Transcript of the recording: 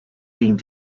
being